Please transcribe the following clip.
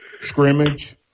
scrimmage